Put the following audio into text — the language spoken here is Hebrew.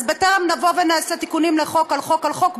אז בטרם נבוא ונעשה תיקונים לחוק על חוק על חוק,